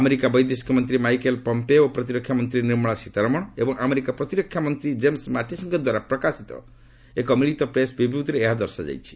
America ବୈଦେଶିକ ମନ୍ତ୍ରୀ Michael Pompeo ଓ ପ୍ରତିରକ୍ଷା ମନ୍ତ୍ରୀ ନିର୍ମଳା ସୀତାରମଣ ଏବଂ ଆମେରିକା ପ୍ରତିରକ୍ଷା ମନ୍ତ୍ରୀ ଜେମ୍ବ ମାଟିସ୍ଙ୍କ ଦ୍ୱାରା ପ୍ରକାଶିତ ଏକ ମିଳିତ ପ୍ରେସ୍ ବିବୃତ୍ତିରେ ଏହା ଦର୍ଶାଯାଇଛି